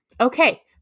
Okay